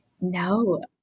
No